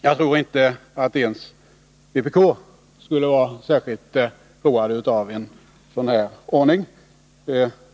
Jag tror att inte ens vpk-ledamöterna skulle vara särskilt roade av en sådan ordning.